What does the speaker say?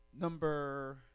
number